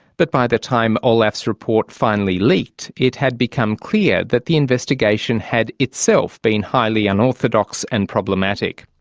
but by the time olaf's report finally leaked, it had become clear that the investigation had itself been highly unorthodox and problematic.